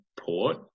Port